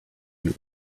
you